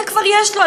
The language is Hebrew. את זה כבר יש לו,